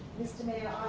mr. mayor,